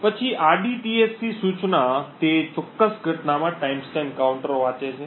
પછી rdtsc સૂચના તે ચોક્કસ ઘટનામાં ટાઇમસ્ટેમ્પ કાઉન્ટર વાંચે છે